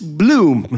bloom